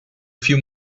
few